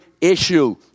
issue